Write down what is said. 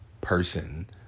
person